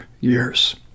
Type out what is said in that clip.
years